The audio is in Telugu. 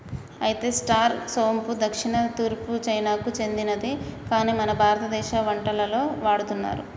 అయితే స్టార్ సోంపు దక్షిణ తూర్పు చైనాకు సెందినది కాని మన భారతదేశ వంటలలో వాడుతున్నారు